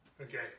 Okay